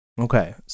Okay